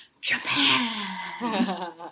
Japan